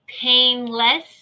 painless